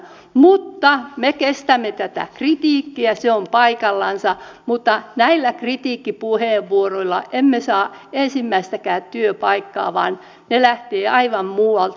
mutta me kestämme tätä kritiikkiä se on paikallansa mutta näillä kritiikkipuheenvuoroilla emme saa ensimmäistäkään työpaikkaa vaan ne lähtevät aivan muualta